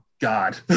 God